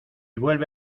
vuelve